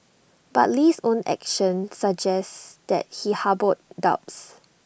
but Lee's own actions suggest that he harboured doubts